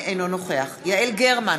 אינו נוכח יעל גרמן,